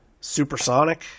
Supersonic